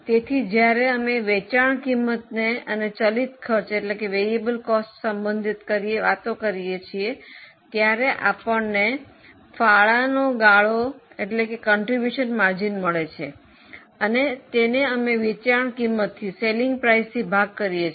તેથી જ્યારે અમે વેચાણ કિંમતને અને ચલિત ખર્ચ સંબંધિત કરીએ છીએ ત્યારે આપણને ફાળો ગાળો મળે છે અને તેને અમે વેચાણ કિંમતથી ભાગ કરીએ છીએ